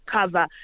cover